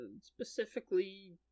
specifically